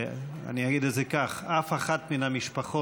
אני אגיד את זה כך: אף אחת מן המשפחות